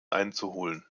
einzuholen